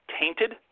tainted